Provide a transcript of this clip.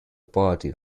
party